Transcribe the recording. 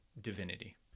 divinity